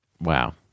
Wow